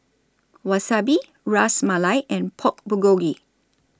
Wasabi Ras Malai and Pork Bulgogi